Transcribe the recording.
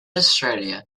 australia